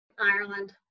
Ireland